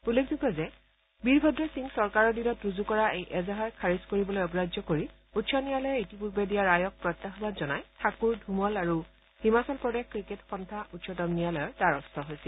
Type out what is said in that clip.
উল্লেখযোগ্য যে বীৰভদ্ৰ সিং চৰকাৰৰ দিনত ৰুজু কৰা এই এজাহাৰ খাৰিজ কৰিবলৈ অগ্ৰাহ্য কৰি উচ্চ ন্যায়ালয়ে ইতিপূৰ্বে দিয়া ৰায়ক প্ৰত্যাহান জনাই ঠাকুৰ ধুমল আৰু হিমাচল প্ৰদেশ ক্ৰিকেট সন্থা উচ্চতম ন্যায়ালয়ৰ দ্বাৰস্থ হৈছিল